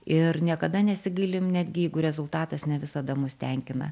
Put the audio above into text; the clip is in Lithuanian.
ir niekada nesigailim netgi jeigu rezultatas ne visada mus tenkina